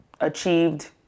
achieved